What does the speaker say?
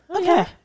okay